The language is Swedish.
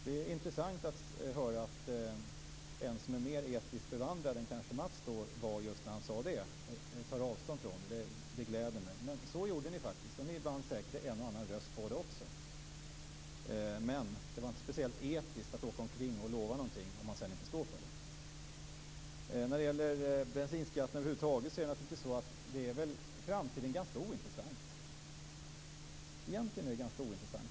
Det är intressant att höra att en som är mer etiskt bevandrad än vad Mats Odell kanske var just när han sade det tar avstånd från det. Det gläder mig. Men så gjorde ni faktiskt, och ni vann säkert en och annan röst på det också. Men det var inte speciellt etiskt att lova något om man sedan inte står för det. Egentligen är det ganska ointressant vad skatten på det fossila bränslet bensin är i framtiden, om 20 år.